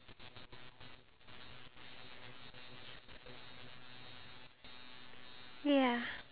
you need to plan so that you know where you are and you know where you are going and as you plan